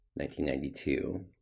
1992